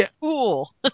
cool